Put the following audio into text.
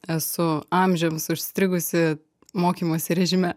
esu amžiams užstrigusi mokymosi režime